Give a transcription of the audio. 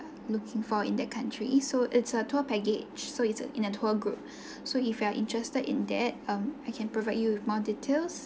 looking for in that country so it's a tour package so it's in a tour group so if you are interested in that um I can provide you with more details